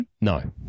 No